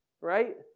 right